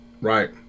Right